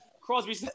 Crosby